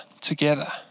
together